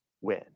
win